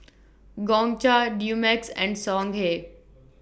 Gongcha Dumex and Songhe